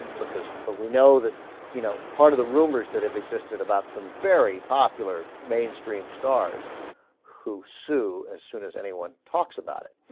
because but we know that you know part of the rumors that have existed about some very popular mainstream stars who sue as soon as anyone talks about it